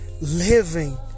living